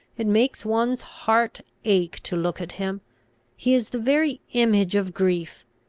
it makes one's heart ache to look at him he is the very image of grief.